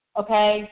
okay